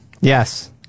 Yes